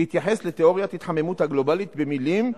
שהתייחס לתיאוריית ההתחממות הגלובלית במלים: